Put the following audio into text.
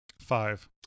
Five